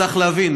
צריך להבין,